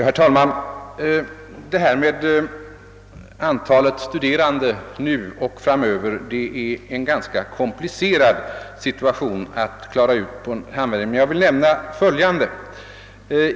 Herr talman! Antal studerande nu och framöver är något ganska komplicerat att klara ut. Jag vill nämna följande.